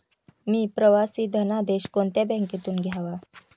मी प्रवासी धनादेश कोणत्या बँकेतून घ्यावा?